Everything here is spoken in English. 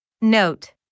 Note